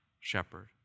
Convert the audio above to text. shepherd